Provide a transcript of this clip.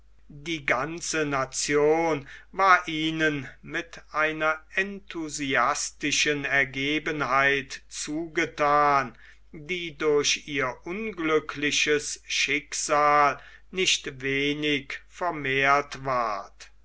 die ganze nation war ihnen mit einer enthusiastischen ergebenheit zugethan die durch ihr unglückliches schicksal nicht wenig vermehrt ward